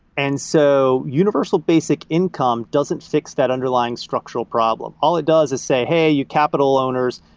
and so universal basic income doesn't fix that underlying structural problem. all it does is say, hey, you capital owners,